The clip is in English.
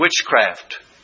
witchcraft